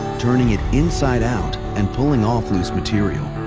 turning it inside-out and pulling off loose material.